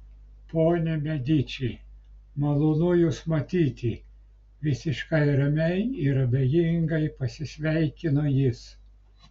ponia mediči malonu jus matyti visiškai ramiai ir abejingai pasisveikino jis